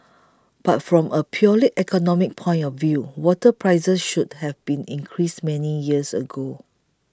but from a purely economic point of view water prices should have been increased many years ago